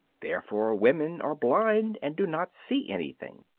therefore women are blind and do not see anything.